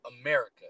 America